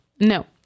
No